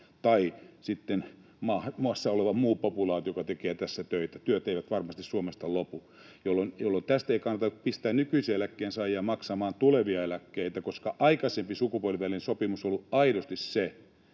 tai sitten maassa oleva muu populaatio, joka tekee tässä töitä, työt eivät varmasti Suomesta lopu, jolloin tässä ei kannata pistää nykyisiä eläkkeensaajia maksamaan tulevia eläkkeitä, koska aikaisempi sukupolvien välinen sopimus on ollut aidosti se,